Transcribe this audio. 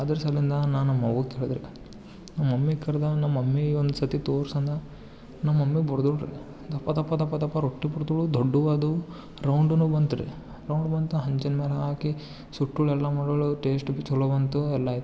ಅದರ ಸಲಿಂದ ನಾನು ನಮ್ಮಅವ್ವಗೆ ಕೇಳಿದೇರಿ ನಮ್ಮ ಮಮ್ಮಿನ ಕರ್ದು ನಮ್ಮ ಮಮ್ಮಿ ಒಂದು ಸರ್ತಿ ತೋರ್ಸು ಅಂದೆ ನಮ್ಮ ಮಮ್ಮಿ ಬಡಿದೇ ಬಿಟ್ಳು ರೀ ದಪ ದಪ ದಪ ರೊಟ್ಟಿ ಬಡಿದಳು ದೊಡ್ಡವಾದವು ರೌಂಡುನು ಬಂತು ರೀ ರೌಂಡ್ ಬಂತು ಹಂಚಿನಮೇಲ್ ಹಾಕಿ ಸುಟ್ಟಳು ಎಲ್ಲ ಮಾಡಲು ಟೇಸ್ಟ್ ಚಲೋ ಬಂತು ಎಲ್ಲ ಆಯಿತು